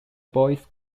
boys